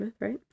right